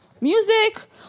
Music